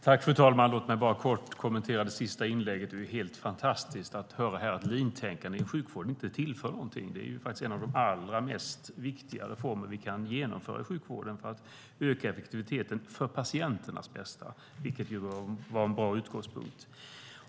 Fru talman! Låt mig kort kommentera det sista inlägget. Det är helt fantastiskt att höra här att leantänkandet i sjukvården inte tillför någonting. Det är ju faktiskt en av de allra viktigaste reformer som vi kan göra i sjukvården för att öka effektiviteten för patienternas bästa, vilket ju bör vara en bra utgångspunkt.